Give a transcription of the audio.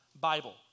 Bible